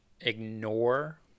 ignore